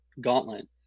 gauntlet